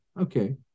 Okay